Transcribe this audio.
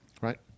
right